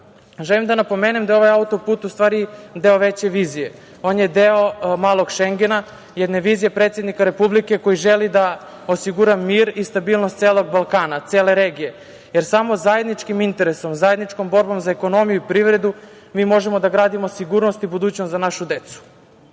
kraja. Želim da napomenem da je ovaj autoput deo veće vizije. On je deo „malog šengena“, jedne vizije predsednika Republike koji želi da osigura mir i stabilnost celog Balkana, cele regije, jer samo zajedničkim interesom, zajedničkom borbom za ekonomiju i privredu mi možemo da gradimo sigurnost i budućnost za našu decu. Iako